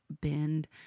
bend